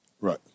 Right